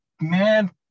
man